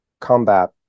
combat